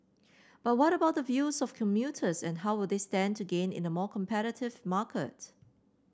but what about the views of commuters and how will they stand to gain in a more competitive market